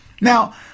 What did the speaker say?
Now